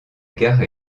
gare